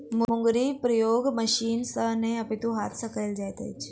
मुंगरीक प्रयोग मशीन सॅ नै अपितु हाथ सॅ कयल जाइत अछि